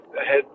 ahead